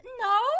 no